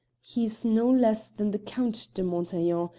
he's no less than the count de montaiglon,